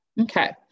Okay